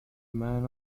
man